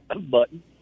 button